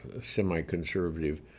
semi-conservative